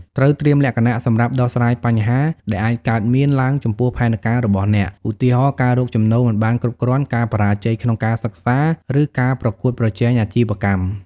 ត្រូវត្រៀមលក្ខណៈសម្រាប់ដោះស្រាយបញ្ហា ដែលអាចកើតមានឡើងចំពោះផែនការរបស់អ្នក ឧទាហរណ៍ ការរកចំណូលមិនបានគ្រប់គ្រាន់ ការបរាជ័យក្នុងការសិក្សា ឬការប្រកួតប្រជែងអាជីវកម្ម។